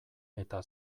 eta